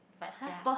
but ya